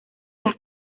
las